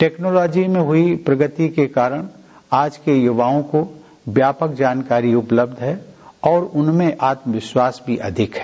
technology में हुई प्रगति के कारण आज के युवाओं को व्यापक जानकारी उपलब्ध है और उनमें आत्म विश्वास भी अधिक है